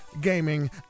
gaming